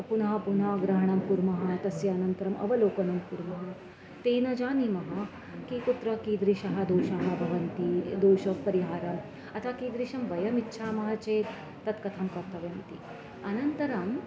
पुनः पुनः ग्रहणं कुर्मः तस्य अनन्तरम् अवलोकनं कुर्मः तेन जानीमः के कुत्र कीदृशः दोषः भवन्ति दोषपरिहारः अथवा कीदृशं वयम् इच्छामः चेत् तत् कथं कर्तव्यमिति अनन्तरम्